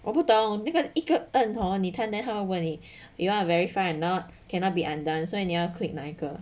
我不懂那个一个儿童你按 you want to verify and not cannot be undone 所以你要 click 哪一个